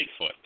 Bigfoot